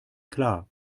klar